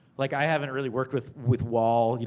like, i haven't really worked with with wall, you